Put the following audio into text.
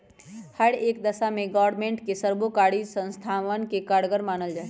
हर एक दशा में ग्रास्मेंट के सर्वकारी संस्थावन में कारगर मानल जाहई